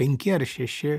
penki ar šeši